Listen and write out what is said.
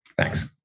Thanks